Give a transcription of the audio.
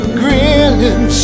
grinning